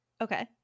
Okay